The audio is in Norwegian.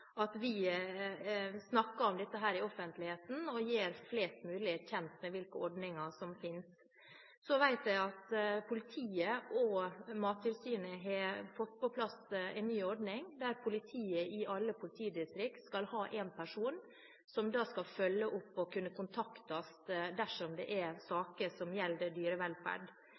at vi snakker om dette i offentligheten og gjør flest mulig kjent med hvilke ordninger som finnes. Jeg vet at politiet og Mattilsynet har fått på plass en ny ordning der politiet i alle politidistrikter skal ha en person som skal følge opp og kunne kontaktes dersom det er saker som gjelder dyrevelferd.